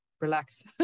relax